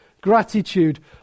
Gratitude